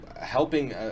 helping